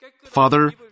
Father